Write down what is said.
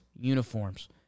uniforms